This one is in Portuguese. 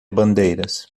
bandeiras